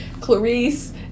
clarice